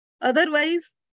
Otherwise